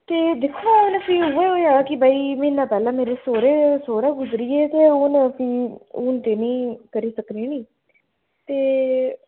ते दिक्खो हून फ्ही उ'ऐ होएआ कि बई म्हीना पैह्लें मेरे सोह्रे सोह्रा गुजरी गे ते हून भी हून ते निं करी सकने निं ते